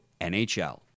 NHL